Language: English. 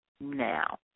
now